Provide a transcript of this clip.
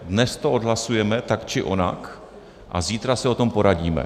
Dnes to odhlasujeme tak či onak a zítra se o tom poradíme.